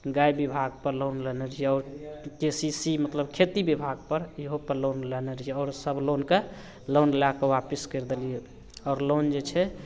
गाइ विभागपर लोन लेने रहिए आओर के सी सी मतलब खेती विभागपर अहूपर लोन लेने रहिए आओर सब लोनके लोन लैके आपस करि देलिए आओर लोन जे छै